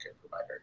provider